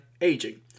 aging